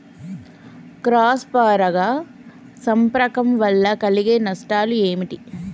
Cross పరాగ సంపర్కం వల్ల కలిగే నష్టాలు ఏమిటి?